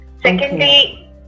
Secondly